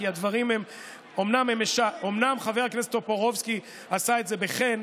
כי אומנם חבר הכנסת טופורובסקי עשה את זה בחן,